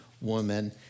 woman